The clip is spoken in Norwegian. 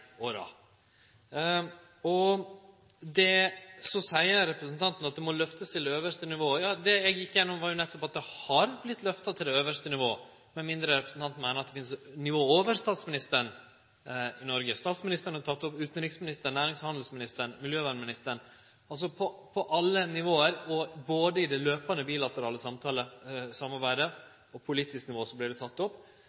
Så seier representanten at dette må lyftast til øvste nivå. Det eg gjekk gjennom, viser at saka har vorte lyft til øvste nivå, med mindre representanten meiner at det finst nivå over statsministeren. Noregs statsminister, utanriksministeren, nærings- og handelsministeren og miljøvernministeren har teke det opp på alle nivå, både i det daglege bilaterale samarbeidet